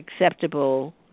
acceptable